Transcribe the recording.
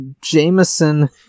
Jameson